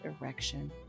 erection